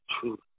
truth